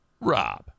Rob